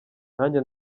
nanjye